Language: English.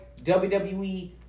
WWE